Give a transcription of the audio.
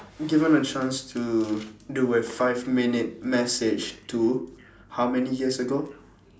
given the chance to do a five minute message to how many years ago